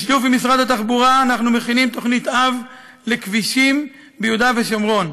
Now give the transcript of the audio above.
בשיתוף עם משרד התחבורה אנחנו מכינים תוכנית אב לכבישים ביהודה ושומרון,